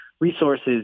Resources